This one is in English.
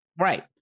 Right